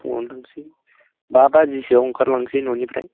फुङावनो थांनोसै बा बाजिसोआव ओंखारलांनोसै न'निफ्राय